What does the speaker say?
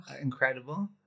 Incredible